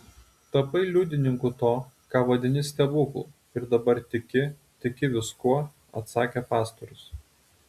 tapai liudininku to ką vadini stebuklu ir dabar tiki tiki viskuo atsakė pastorius